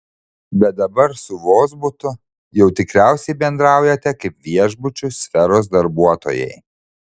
bet dabar su vozbutu jau tikriausiai bendraujate kaip viešbučių sferos darbuotojai